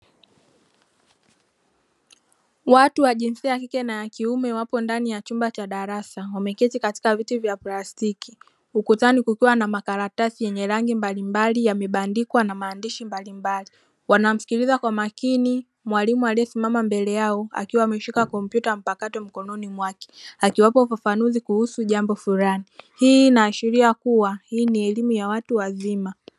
Watu wa jinsia ya kike na ya kiume wapo ndani ya chumba cha darasa wameketi katika viti vya plastiki, ukutani kukiwa na makaratasi yenye rangi mbalimbali yamebandikwa na maandishi mbalimbali. Wanamsikiliza kwa makini mwalimu aliyesimama mbele yao akiwa ameshika kompyuta mpakato mkononi mwake akiwapa ufafanuzi kuhusu jambo fulani. Hii inaashiria kuwa hii ni elimu ya watu wazima.